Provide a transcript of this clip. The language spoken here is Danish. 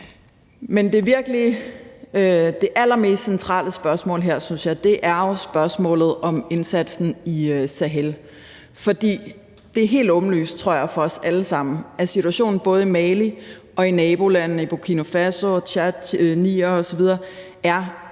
Men det allermest centrale spørgsmål her, synes jeg, er spørgsmålet om indsatsen i Sahel, for jeg tror, det er helt åbenlyst for os alle sammen, at situationen både i Mali og i nabolandene, i Burkina Faso, Tchad, Niger osv., er rigtig,